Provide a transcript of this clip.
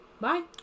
Bye